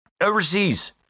Overseas